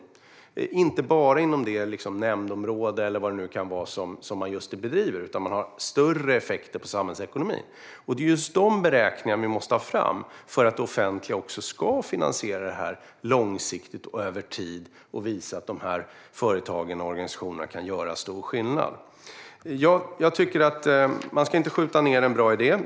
Det gäller inte bara inom det nämndområde eller vad det nu kan vara man just nu bedriver, utan man har större effekter på samhällsekonomin. Det är de beräkningarna vi måste ta fram för att det offentliga ska finansiera detta långsiktigt över tid och visa att dessa företag och organisationer kan göra stor skillnad. Jag tycker inte att man ska skjuta ned en bra idé.